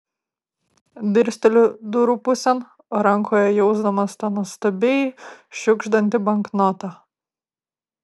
dirsteliu durų pusėn rankoje jausdamas tą nuostabiai šiugždantį banknotą